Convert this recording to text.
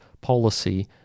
policy